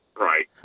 Right